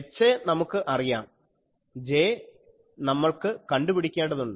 Ha നമുക്ക് അറിയാം J നമ്മൾക്ക് കണ്ടുപിടിക്കേണ്ടതുണ്ട്